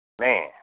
man